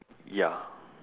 ya